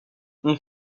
این